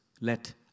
let